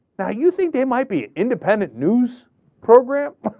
now you think there might be independent news program